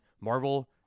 Marvel